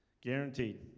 guaranteed